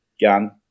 gun